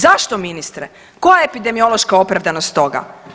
Zašto ministre, koja je epidemiološka opravdanost toga?